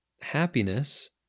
happiness